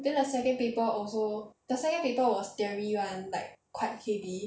then the second paper also the second paper was theory [one] like quite heavy